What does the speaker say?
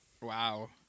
Wow